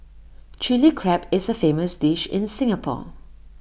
Chilli Crab is A famous dish in Singapore